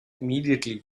immediately